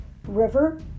River